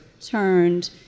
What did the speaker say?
turned